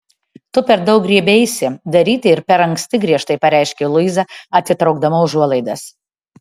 tu per daug griebeisi daryti ir per anksti griežtai pareiškė luiza atitraukdama užuolaidas